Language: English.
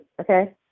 Okay